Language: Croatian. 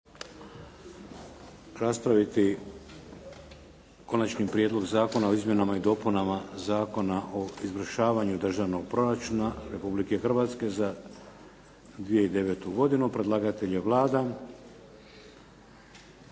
raspraviti - Konačni prijedlog zakona o izmjenama i dopunama Zakona o izvršavanju Državnog proračuna Republike Hrvatske za 2009. godinu Predlagatelj je Vlada.